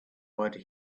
what